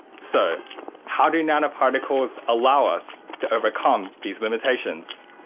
so how do nanoparticles allow us to overcome these limitations?